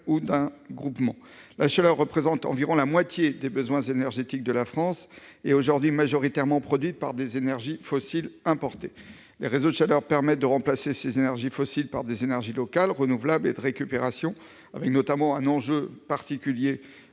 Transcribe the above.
ou du groupement. La chaleur représente environ la moitié des besoins énergétiques de la France et est aujourd'hui majoritairement produite par des énergies fossiles importées. Les réseaux de chaleur permettent de remplacer ces énergies fossiles par des énergies locales, renouvelables et de récupération, avec notamment un enjeu particulier